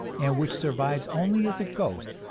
and which survives only as a ghost,